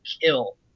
kill